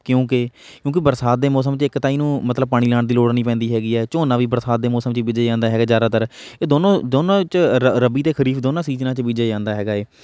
ਕਿਉਂਕਿ ਕਿਉਂਕਿ ਬਰਸਾਤ ਦੇ ਮੌਸਮ 'ਚ ਇੱਕ ਤਾਂ ਇਹਨੂੰ ਮਤਲਬ ਪਾਣੀ ਲਾਉਣ ਦੀ ਲੋੜ ਨਹੀਂ ਪੈਂਦੀ ਹੈਗੀ ਹੈ ਝੋਨਾ ਵੀ ਬਰਸਾਤ ਦੇ ਮੌਸਮ 'ਚ ਬੀਜਿਆ ਜਾਂਦਾ ਹੈਗਾ ਜ਼ਿਆਦਾਤਰ ਇਹ ਦੋਨੋਂ ਦੋਨੋਂ 'ਚ ਰੱ ਰੱਬੀ ਅਤੇ ਖਰੀਫ ਦੋਨਾਂ ਸੀਜਨਾਂ 'ਚ ਬੀਜਿਆ ਜਾਂਦਾ ਹੈਗਾ ਹੈ